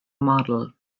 model